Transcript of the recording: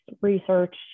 research